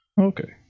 Okay